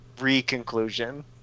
re-conclusion